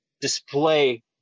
display